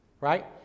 Right